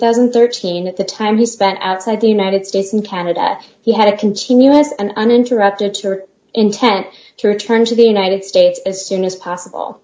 thousand and thirteen at the time he spent outside the united states in canada he had a continuous and uninterrupted short intent to return to the united states as soon as possible